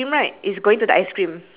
is on the right uh the